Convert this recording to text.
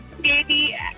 baby